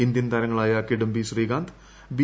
Indian താരങ്ങളായ Kidambi Srikanth B